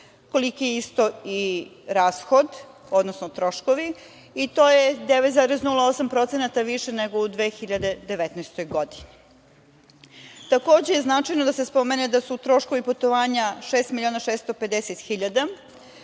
koliki je isto i rashod, odnosno troškovi i to je 9,08% više nego u 2019. godini. Takođe je značajno da se spomene da su troškovi putovanja šest